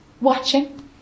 watching